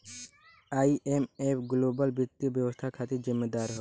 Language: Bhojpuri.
आई.एम.एफ ग्लोबल वित्तीय व्यवस्था खातिर जिम्मेदार हौ